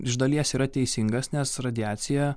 iš dalies yra teisingas nes radiacija